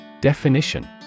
Definition